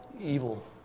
evil